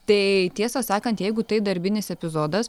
tai tiesą sakant jeigu tai darbinis epizodas